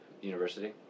university